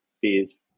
beers